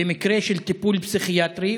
במקרה של טיפול פסיכיאטרי,